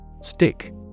Stick